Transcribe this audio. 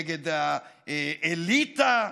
נגד האליטה.